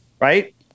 right